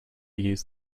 use